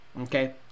Okay